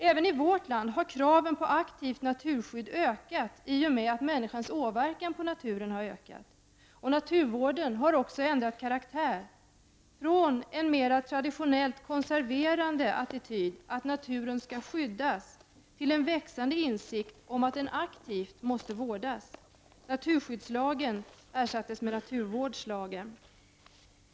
Även i vårt land har kraven på ett aktivt naturskydd ökat i och med att människans åverkan på naturen har ökat. Naturvården har också ändrat karaktär — från en mera traditionellt konserverande attityd innebärande att naturen skall skyddas till en växande insikt om att naturen aktivt måste vårdas. Naturskyddslagen ersattes med naturvårdslagen.